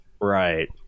Right